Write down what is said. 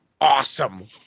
awesome